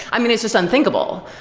i mean, it's just unthinkable.